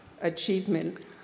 achievement